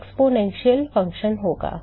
यह exponential function होगा